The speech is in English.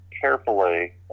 carefully